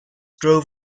drove